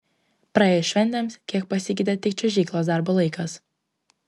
praėjus šventėms kiek pasikeitė tik čiuožyklos darbo laikas